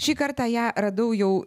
šį kartą ją radau jau